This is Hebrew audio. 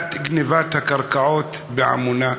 בהלבנת גנבת הקרקעות בעמונה?